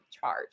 charge